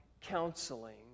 counseling